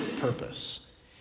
purpose